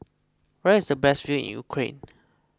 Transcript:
where is the best view in Ukraine